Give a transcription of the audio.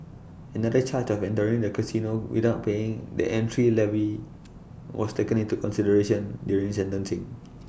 another charge of entering the casino without paying the entry levy was taken into consideration during sentencing